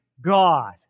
God